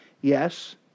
Yes